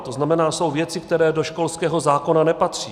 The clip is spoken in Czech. To znamená, jsou věci, které do školského zákona nepatří.